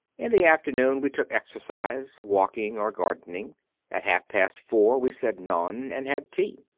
in the afternoon we took exercise walking or gardening at half past four we said none and had tea.